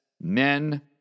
men